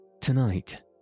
Tonight